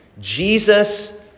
Jesus